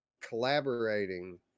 collaborating